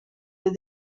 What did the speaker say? les